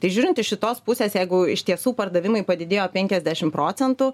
tai žiūrint iš šitos pusės jeigu iš tiesų pardavimai padidėjo penkiasdešimt procentų